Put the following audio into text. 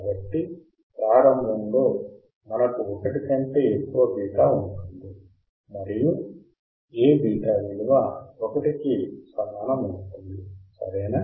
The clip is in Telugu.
కాబట్టి ప్రారంభంలో మనకు ఒకటి కంటే ఎక్కువ బీటా ఉంటుంది మరియు A బీటా విలువ 1 కి సమానమవుతుంది సరేనా